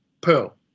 pearl